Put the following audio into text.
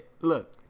look